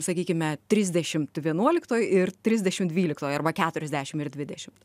sakykime trisdešimt vienuoliktoj ir trisdešim dvyliktoj arba keturiasdešim ir dvidešimt